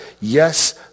Yes